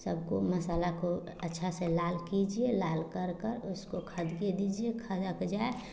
सबको मसाला को अच्छा से लाल कीजिए लाल कर कर उसको खदके दीजिए खदक जाए